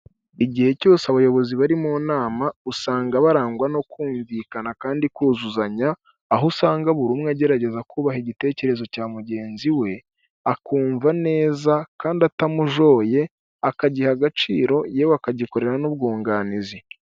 Igihe cyose abayobozi bari mu nama usanga barangwa no kumvikana kandi kuzuzanya, aho usanga buri umwe agerageza kubaha igitekerezo cya mugenzi we akumva neza kandi atamujoye, akagiha agaciro yewe akagikorera n'ubwunganizi.